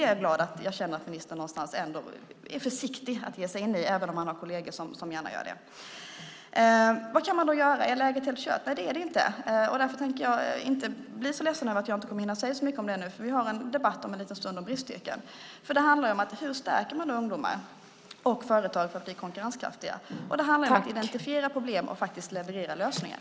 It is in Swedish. Jag är glad att kunna känna att ministern ändå är försiktig med att ge sig in i detta, även om han har kolleger som gärna gör det. Vad kan man då göra? Är läget helt kört? Nej, det är det inte. Därför tänker jag inte bli så ledsen över att jag inte kommer att hinna säga så mycket om det nu, för vi har en debatt om en liten stund om bristyrken. Det handlar om hur man stärker ungdomar och företag för att göra dem konkurrenskraftiga. Det handlar om att identifiera problem och leverera lösningar.